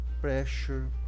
pressure